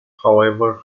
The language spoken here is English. however